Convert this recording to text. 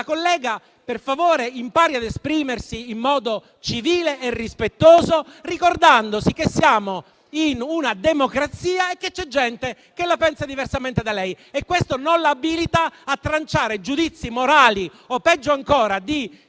collega per favore impari ad esprimersi in modo civile e rispettoso, ricordandosi che siamo in una democrazia e che c'è gente che la pensa diversamente da lei e questo non l'abilita a tranciare giudizi morali o, peggio ancora,